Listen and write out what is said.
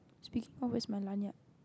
speaking always my lanyard